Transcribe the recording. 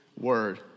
word